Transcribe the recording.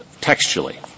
Textually